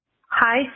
hi